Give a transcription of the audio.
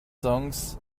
songs